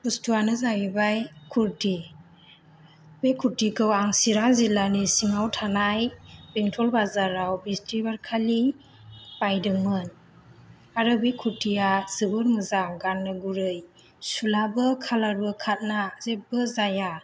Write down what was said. बुस्थुयानो जाहैबाय खुरथि बे खुरथिखौ आं चिरां जिल्लानि सिङाव थानाय बेंथल बाजाराव बिसथिबार खालि बायदोंमोन आरो बे खुरथिया जोबोद मोजां गान्नो गुरै सुलाबो खालारबो खारला जेबो जाया